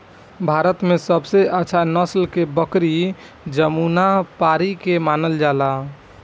भारत में सबसे अच्छा नसल के बकरी जमुनापारी के मानल जाला